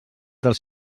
dels